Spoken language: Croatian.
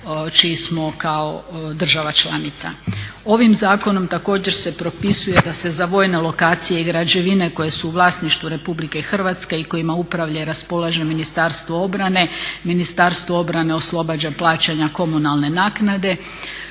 čiji smo kao država članica. Ovim Zakonom također se propisuje da se za vojne lokacije i građevine koje su u vlasništvu Republike Hrvatske i kojima upravlja i raspolaže Ministarstvo obrane, Ministarstvo obrane oslobađa plaćanja komunalne naknade.